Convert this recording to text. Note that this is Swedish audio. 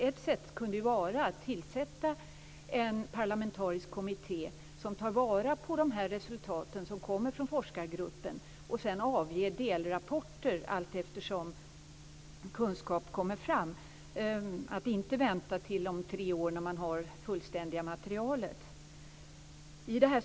Ett sätt kunde vara att tillsätta en parlamentarisk kommitté som tar vara på resultaten från forskargruppen och sedan avger delrapporter allteftersom kunskap kommer fram i stället för att vänta till om tre år, då man har det fullständiga materialet.